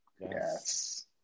Yes